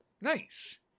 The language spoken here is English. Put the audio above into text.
Nice